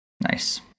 nice